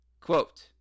quote